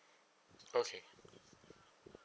okay